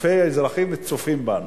כשאלפי אזרחים צופים בנו.